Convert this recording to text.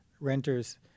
renters